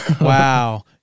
Wow